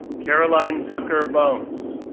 caroline tucker bones,